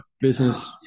business